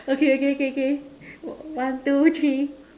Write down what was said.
okay okay okay okay one two three